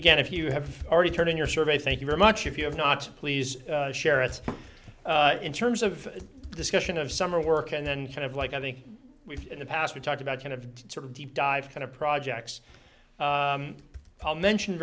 get if you have already turning your survey thank you very much if you have not please share it in terms of discussion of summer work and then kind of like i think we've in the past we talked about kind of sort of deep dive kind of projects paul mentioned